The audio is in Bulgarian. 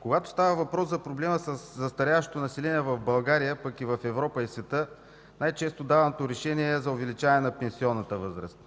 Когато става въпрос за проблема със застаряващото население в България, пък в Европа и в света, най-често даваното решение е за увеличаване на пенсионната възраст.